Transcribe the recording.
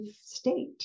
state